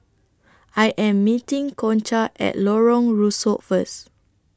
I Am meeting Concha At Lorong Rusuk First